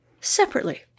separately